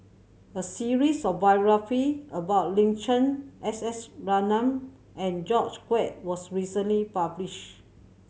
a series of biography about Lin Chen S S Ratnam and George Quek was recently published